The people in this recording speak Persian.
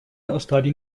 استادی